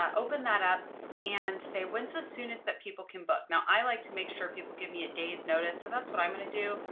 um open that up and say, when's the soonest that people can book? now, i like to make sure people give me a day's notice. so that's what i'm going to do.